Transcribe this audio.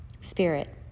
spirit